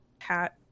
hat